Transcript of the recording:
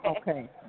Okay